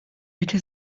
bitte